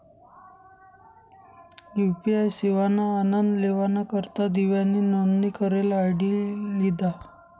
UPI सेवाना आनन लेवाना करता दिव्यानी नोंदनी करेल आय.डी लिधा